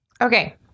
Okay